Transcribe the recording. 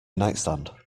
nightstand